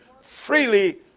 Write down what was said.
freely